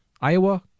iowa